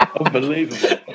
Unbelievable